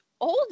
older